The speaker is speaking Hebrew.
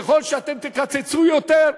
ככל שאתם תקצצו יותר,